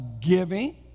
giving